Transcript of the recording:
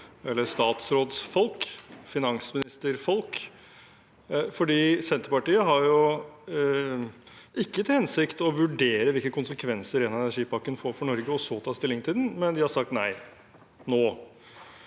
– statsrådsfolk og finansministerfolk. Senterpartiet har jo ikke til hensikt å vurdere hvilke konsekvenser ren energi-pakken får for Norge, og så ta stilling til den. De har sagt nei nå.